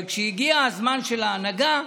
אבל כשהגיע הזמן של ההנהגה,